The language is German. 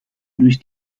durch